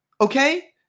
Okay